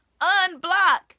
unblock